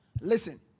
Listen